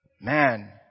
man